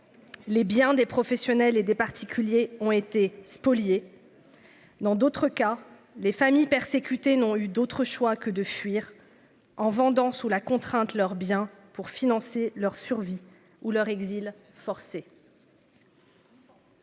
Les biens des professionnels et des particuliers ont été spoliés. Dans d'autres cas, les familles persécute. N'ont eu d'autre choix que de fuir en vendant sous la contrainte leur bien pour financer leur survie ou leur exil forcé.